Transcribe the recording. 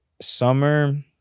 summer